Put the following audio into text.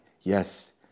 Yes